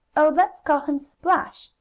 oh, let's call him splash!